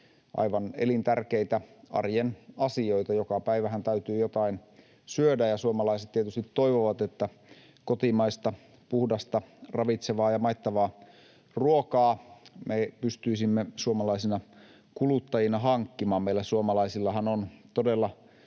aivan elintärkeitä arjen asioita. Joka päivähän täytyy jotain syödä, ja suomalaiset tietysti toivovat, että kotimaista, puhdasta, ravitsevaa ja maittavaa ruokaa me pystyisimme suomalaisina kuluttajina hankkimaan. Meillä suomalaisillahan on todella